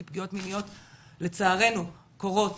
כי פגיעות מיניות לצערנו קורות